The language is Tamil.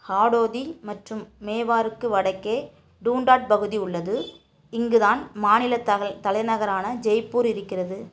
ஹாடோதி மற்றும் மேவாருக்கு வடக்கே டூன்டாட் பகுதி உள்ளது இங்கு தான் மாநிலத் த தலைநகரான ஜெய்பூர் இருக்கிறது